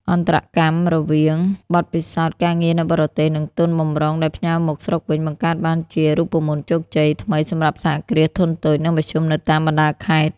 អន្តរកម្មរវាងបទពិសោធន៍ការងារនៅបរទេស និងទុនបំរុងដែលផ្ញើមកស្រុកវិញ បង្កើតបានជា "រូបមន្តជោគជ័យ" ថ្មីសម្រាប់សហគ្រាសធុនតូច និងមធ្យមនៅតាមបណ្ដាខេត្ត។